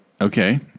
okay